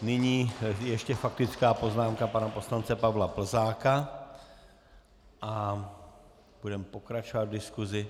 Nyní ještě faktická poznámka pana poslance Pavla Plzáka a budeme pokračovat v diskusi.